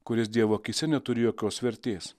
kuris dievo akyse neturi jokios vertės